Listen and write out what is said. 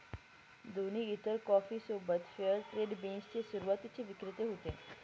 दोन्ही इतर कॉफी सोबत फेअर ट्रेड बीन्स चे सुरुवातीचे विक्रेते होते